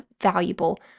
valuable